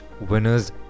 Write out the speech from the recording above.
winners